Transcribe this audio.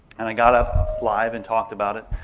and i got up live and talked about it.